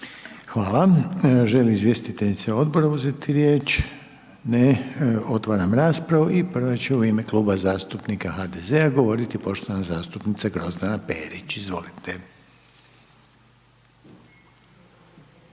Hvala. Žele li izvjestitelji Odbora uzeti riječ? Ne. Otvaram raspravu i prvi će u ime Kluba zastupnika HDZ-a, govoriti poštovana zastupnica Irena Petrijevčanin